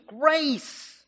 grace